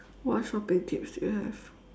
what shopping tips you have